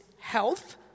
health